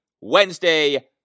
Wednesday